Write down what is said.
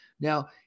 Now